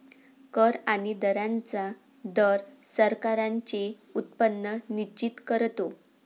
कर आणि दरांचा दर सरकारांचे उत्पन्न निश्चित करतो